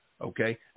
okay